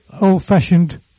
old-fashioned